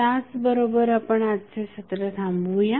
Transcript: याबरोबरच आपण आजचे सत्र थांबवूया